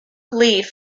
leaf